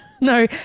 No